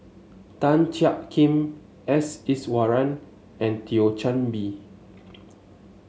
Tan Jiak Kim S Iswaran and Thio Chan Bee